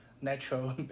natural